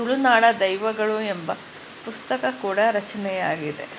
ತುಳುನಾಡ ದೈವಗಳು ಎಂಬ ಪುಸ್ತಕ ಕೂಡ ರಚನೆಯಾಗಿದೆ